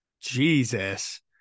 Jesus